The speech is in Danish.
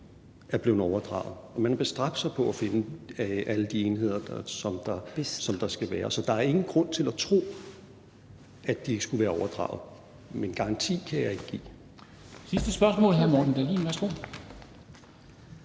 er blevet overdraget. Man har bestræbt sig på at finde alle de enheder, som der skal være. Så der er ingen grund til at tro, at de ikke skulle være overdraget – men en garanti kan jeg ikke give. Kl. 13:06 Formanden (Henrik